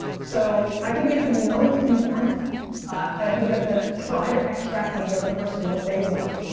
so i think you have to know what you want and i think you have to try to extract from the other person what they want.